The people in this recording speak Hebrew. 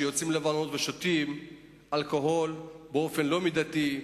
שיוצאים לבלות ושותים אלכוהול באופן לא מידתי,